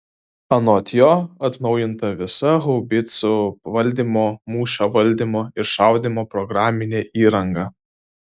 anot jo atnaujinta visa haubicų valdymo mūšio valdymo ir šaudymo programinė įranga